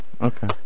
Okay